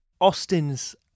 Austin's